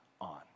on